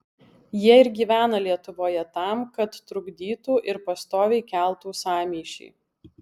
jie ir gyvena lietuvoje tam kad trukdytų ir pastoviai keltų sąmyšį